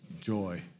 Joy